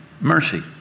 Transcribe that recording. mercy